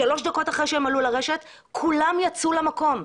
ושלוש דקות אחרי שהם עלו לרשת כולם יצאו למקום,